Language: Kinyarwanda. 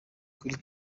kuri